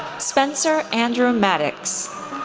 spencer andrew maddox,